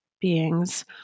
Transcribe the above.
beings